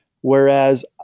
Whereas